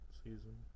season